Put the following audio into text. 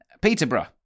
Peterborough